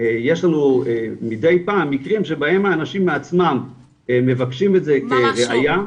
יש לנו מידי פעם מקרים שבהם האנשים עצמם מבקשים את זה כראייה.